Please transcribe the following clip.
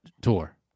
tour